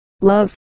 Love